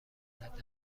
گردد